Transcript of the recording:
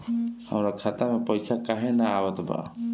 हमरा खाता में पइसा काहे ना आवत बा?